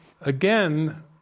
again